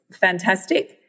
fantastic